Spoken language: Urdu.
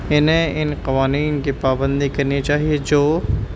انہیں ان قوانین کی پابندی کرنی چاہیے جو